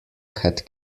had